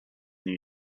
new